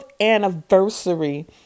anniversary